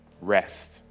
rest